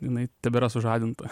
jinai tebėra sužadinta